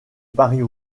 paris